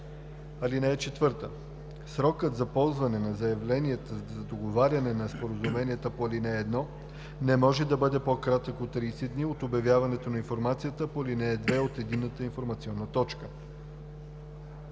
ал. 1. (4) Срокът за подаване на заявленията за договаряне на споразумение по ал. 1 не може да бъде по-кратък от 30 дни от обявяването на информацията по ал. 2 от Единната информационна точка.“